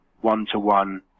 one-to-one